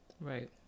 Right